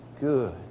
good